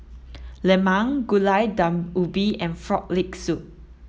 Lemang Gulai Daun Ubi and frog leg soup